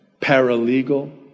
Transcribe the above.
paralegal